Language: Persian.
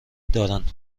دارند